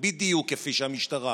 בדיוק כפי שהמשטרה